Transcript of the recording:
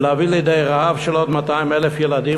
ולהביא לידי רעב עוד 200,000 ילדים,